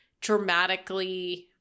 dramatically